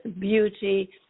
beauty